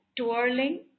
twirling